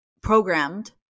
programmed